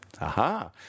Aha